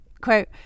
Quote